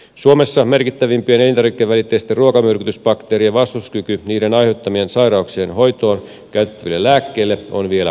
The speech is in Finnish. suomessa merkittävimpien elintarvikevälitteisten ruokamyrkytysbakteerien vastustuskyky niiden aiheuttamien sairauksien hoitoon käytettäville lääkkeille on vielä alhainen